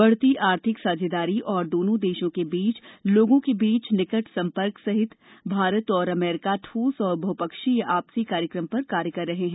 बढ़ती आर्थिक साझेदारी और दोनों देशों के लोगों के बीच निकट संपर्क सहित भारत और अमरीका ठोस और बहुपक्षीय आपसी कार्यक्रम पर कार्य कर रहे हैं